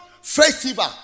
festival